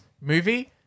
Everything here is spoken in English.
movie